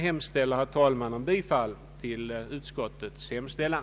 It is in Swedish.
Jag yrkar, herr talman, bifall till utskottets hemställan.